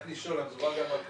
רק לשאול, מדובר גם על כנסים.